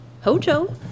hojo